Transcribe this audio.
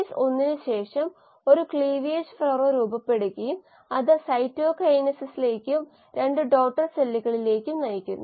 ഇവ ലൂസ് അസോസിയേഷനുകളാണ് എന്നാൽ ഇതിനെയാണ് നമ്മൾ rp എന്നത് ആൽഫ ടൈംസ് rx ന് തുല്യമായി കാണേണ്ടത് ഉൽപ്പന്ന രൂപീകരണ നിരക്ക് വളർച്ചാ നിരക്കിനേയും സെൽ സാന്ദ്രതയെയും ആശ്രയിച്ചിരിക്കുന്നു